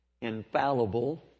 infallible